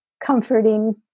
comforting